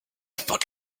fonde